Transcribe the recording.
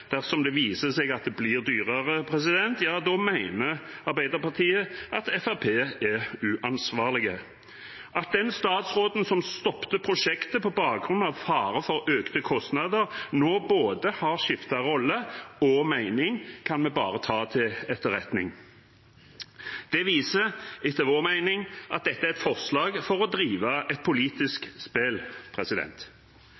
dersom det viser seg at det blir dyrere, ja, da mener Arbeiderpartiet at Fremskrittspartiet er uansvarlig. At den statsråden som stoppet prosjektet på bakgrunn av fare for økte kostnader nå har skiftet både rolle og mening, kan vi bare ta til etterretning. Det viser etter vår mening at dette er et forslag for å drive et politisk